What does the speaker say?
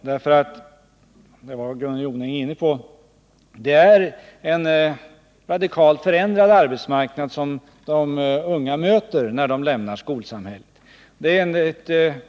Såsom Gunnel Jonäng också var inne på är det en radikalt förändrad arbetsmarknad som de unga möter när de lämnar skolsamhället.